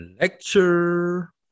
lecture